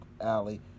Alley